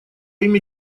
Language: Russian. имя